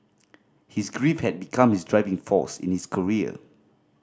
his grief had become his driving force in his career